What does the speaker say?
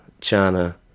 China